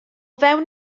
fewn